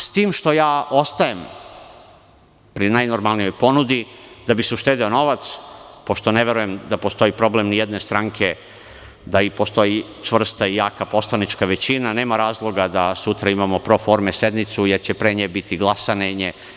S tim što ja ostajem pri najnormalnijoj ponudi, da bi se uštedeo novac, pošto ne verujem da postoji problem ijedne stranke i da postoji čvrsta i jaka poslanička većina, nema razloga da sutra imamo proforme sednice, jer će pre nje biti glasanje.